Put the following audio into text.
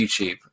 youtube